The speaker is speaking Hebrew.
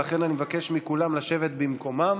ולכן אני מבקש מכולם לשבת במקומם.